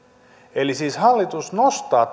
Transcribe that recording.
eli siis hallitus nostaa